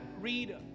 read